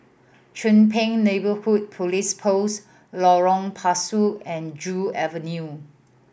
Chong Pang Neighbourhood Police Post Lorong Pasu and Joo Avenue